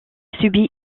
subit